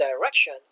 direction